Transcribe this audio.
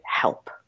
help